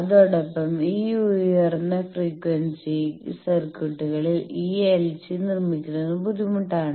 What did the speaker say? അതോടൊപ്പം ഈ ഉയർന്ന ഫ്രീക്വൻസി സർക്യൂട്ടുകളിൽ ഈ എൽസി നിർമ്മിക്കുന്നതും ബുദ്ധിമുട്ടാണ്